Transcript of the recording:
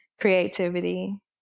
creativity